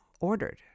ordered